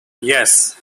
yes